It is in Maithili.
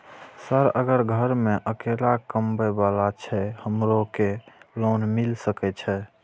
सर अगर घर में अकेला कमबे वाला छे हमरो के लोन मिल सके छे?